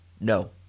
No